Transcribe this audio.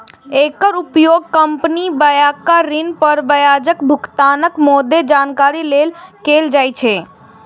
एकर उपयोग कंपनी बकाया ऋण पर ब्याजक भुगतानक मादे जानकारी लेल कैल जाइ छै